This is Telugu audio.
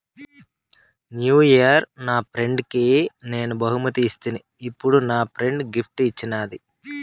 న్యూ ఇయిర్ నా ఫ్రెండ్కి నేను బహుమతి ఇస్తిని, ఇప్పుడు నా ఫ్రెండ్ గిఫ్ట్ ఇచ్చిన్నాది